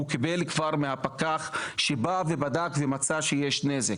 הוא קיבל כבר מהפקח שבא ובדק ומצא שיש נזק.